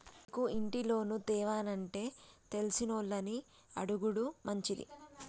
నీకు ఇంటి లోను తేవానంటే తెలిసినోళ్లని అడుగుడు మంచిది